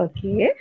Okay